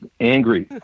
angry